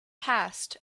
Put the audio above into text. passed